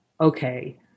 okay